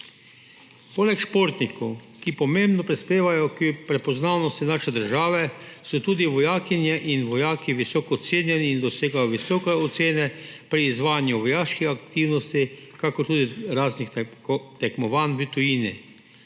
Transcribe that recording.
Poleg športnikov, ki pomembno prispevajo k prepoznavnosti naše države, so tudi vojakinje in vojaki visoko cenjeni in dosegajo visoke ocene pri izvajanju vojaških aktivnosti kakor tudi raznih tekmovanj v tujini.